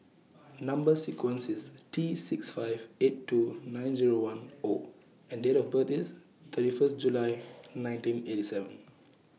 Number sequence IS T six five eight two nine Zero one O and Date of birth IS thirty First July nineteen eighty seven